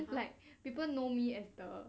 like people know me as the